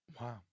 Wow